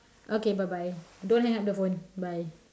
okay bye bye don't hang up the phone bye